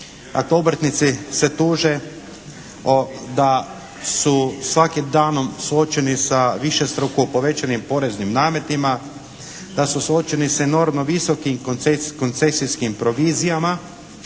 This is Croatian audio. obrtnici se tuže da su svakim danom suočeni sa višestruko povećanim poreznim nametima, da su suočeni sa enormno visokim koncesijskim provizijama,